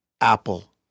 Apple